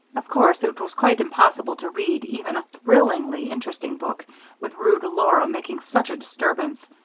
of course it was quite impossible to read even a thrillingly interesting book with rude laura making such a disturbance.